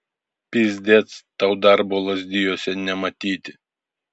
pyzdec tau darbo lazdijuose nematyti